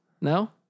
No